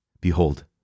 Behold